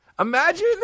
Imagine